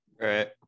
right